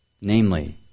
Namely